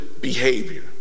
behavior